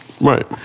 Right